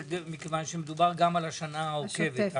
זה מכיוון שמדובר גם על השנה העוקבת.